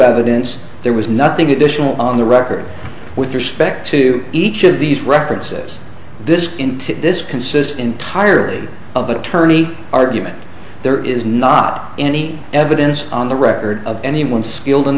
evidence there was nothing edition on the record with respect to each of these references this in to this consists entirely of attorney argument there is not any evidence on the record of anyone skilled in